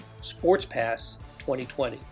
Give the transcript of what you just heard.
sportspass2020